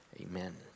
Amen